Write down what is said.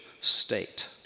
state